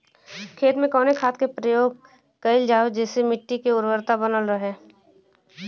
खेत में कवने खाद्य के प्रयोग कइल जाव जेसे मिट्टी के उर्वरता बनल रहे?